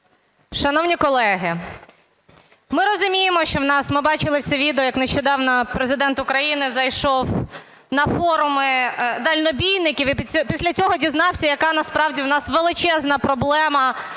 Шановні колеги, ми розуміємо, що у нас... ми бачили всі відео, як нещодавно Президент України зайшов на форуми далекобійників і після цього дізнався, яка насправді в нас величезна проблема